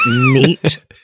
neat